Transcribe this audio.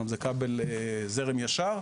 זאת אומרת זה כבל בזרם ישר,